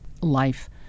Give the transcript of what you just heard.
life